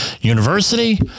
University